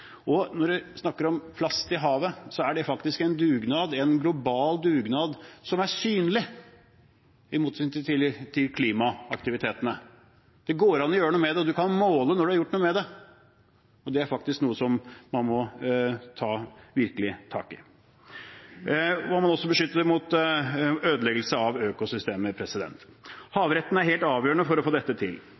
nevnte. Når man snakker om plast i havet, er det faktisk en global dugnad som er synlig – i motsetning til klimaaktivitetene. Det går an å gjøre noe med det, og man kan måle når man har gjort noe med det. Det er faktisk noe man virkelig må ta tak i. Man må også beskytte det mot ødeleggelse av økosystemet. Havretten er helt avgjørende for å få dette til.